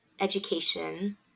education